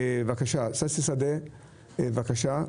ששי שדה, בבקשה.